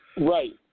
right